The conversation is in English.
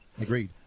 Agreed